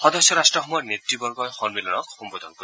সদস্য ৰাট্টসমূহৰ নেতবৰ্গই সন্মিলনক সম্বোধন কৰিব